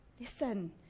listen